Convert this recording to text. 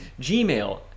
Gmail